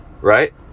right